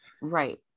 right